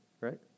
Right